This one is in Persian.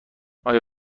آیا